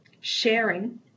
sharing